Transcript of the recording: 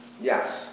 Yes